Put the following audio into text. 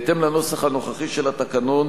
בהתאם לנוסח הנוכחי של התקנון,